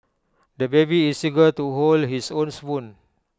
the baby is eager to hold his own spoon